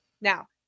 Now